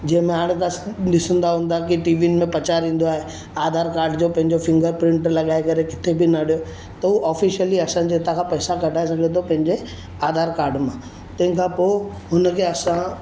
जंहिंमें हाणे तव्हां स ॾिसंदा हुंदा की टीवीनि में प्रचार ईंदो आहे आधार कार्ड जो पंहिंजो फिंगर प्रिंट लॻाए करे किथे बि न ॾियो त हू ऑफिशियली असांजे हिता खां पैसा कढाए सघे थो पंहिंजे आधार कार्ड मां तंहिंखां पोइ हुन खे असां